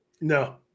No